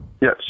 Yes